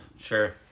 Sure